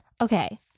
Okay